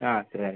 ஆ சரி